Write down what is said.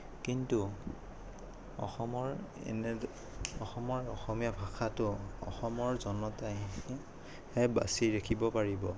কিন্তু অসমৰ অসমৰ অসমীয়া ভাষাটো অসমৰ জনতাইহে বাচি ৰাখিব পাৰিব